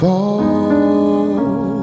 Fall